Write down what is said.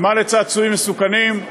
מה לצעצועים מסוכנים,